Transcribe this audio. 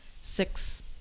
six